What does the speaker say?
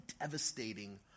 devastating